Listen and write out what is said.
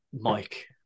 Mike